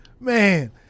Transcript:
Man